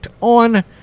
on